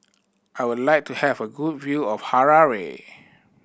I would like to have a good view of Harare